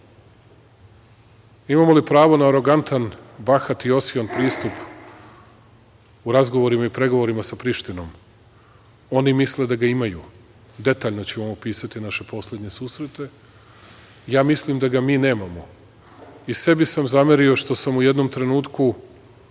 imamo li pravo na arogantan, bahat i osion pristup u razgovorima i pregovorima sa Prištinom? Oni misle da ga imaju, detaljno ću vam opisati naše poslednje susrete, ja mislim da ga mi nemamo. I sebi sam zamerio što sam u jednom trenutku,